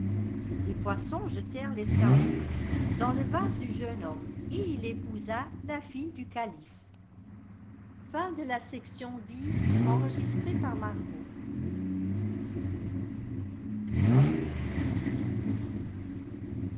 les poissons jetèrent l'escarboucle dans le vase du jeune hoinme et il épousa la llile du calife